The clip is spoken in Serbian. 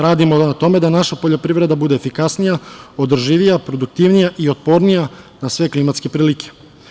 Radimo na tome da naša poljoprivreda bude efikasnija, održivija, produktivnija i otpornija na sve klimatske prilike.